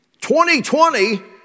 2020